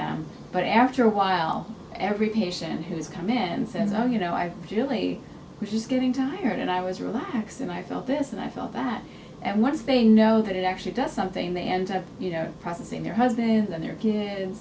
them but after a while every patient who's come in and says oh you know i really was just getting tired and i was relaxed and i felt this and i felt that and once they know that it actually does something they end up you know processing their husband and their kid